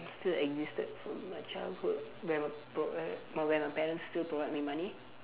still existed from my childhood when my pro~ when my parents still provide me money